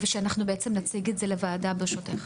ושנציג את זה לוועדה בראשותך.